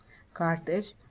carthage,